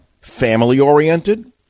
family-oriented